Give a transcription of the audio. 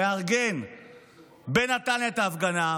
שמארגן בנתניה את ההפגנה,